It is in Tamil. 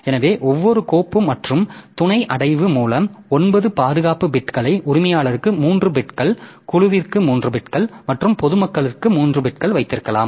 எனவே ஒவ்வொரு கோப்பு மற்றும் துணை அடைவு மூலம் ஒன்பது பாதுகாப்பு பிட்களை உரிமையாளருக்கு மூன்று பிட்கள் குழுவிற்கு மூன்று பிட்கள் மற்றும் பொதுமக்களுக்கு மூன்று பிட்கள் வைத்திருக்கலாம்